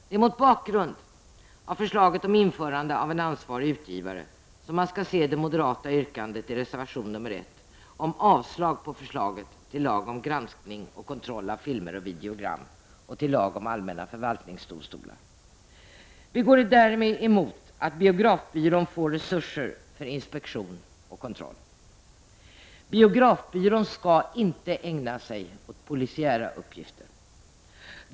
Det är mot bakgrund av förslaget om införande av en ansvarig utgivare man skall se det moderata yrkandet i reservation 1 om avslag på förslaget till lag om granskning och kontroll av filmer och videogram och till lag om ändring i lagen om allmänna förvaltningsdomstolar. Vi går därmed emot att biografbyrån får resurser för inspektion och kontroll. Biografbyrån skall inte ägna sig åt polisiära uppgifter.